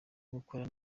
gukora